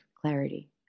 clarity